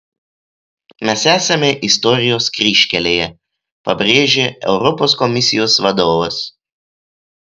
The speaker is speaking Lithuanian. mes esame istorijos kryžkelėje pabrėžė europos komisijos vadovas